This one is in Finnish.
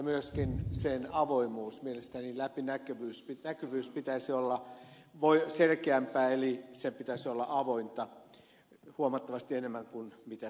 myöskin sen avoimuuden läpinäkyvyyden pitäisi mielestäni olla selkeämpää eli sen pitäisi olla avointa huomattavasti enemmän kuin mitä se on